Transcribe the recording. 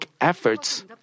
efforts